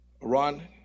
Iran